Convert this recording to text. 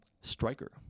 striker